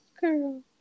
Girl